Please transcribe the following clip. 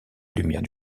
lumière